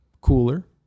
cooler